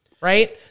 right